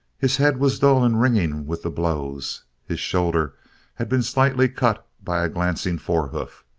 his head was dull and ringing with the blows his shoulder had been slightly cut by a glancing forehoof.